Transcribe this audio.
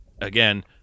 again